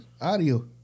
audio